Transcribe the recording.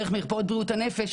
דרך מרפאות בריאות הנפש,